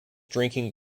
drinking